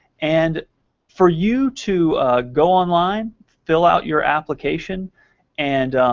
and for you to go online, fill out your application and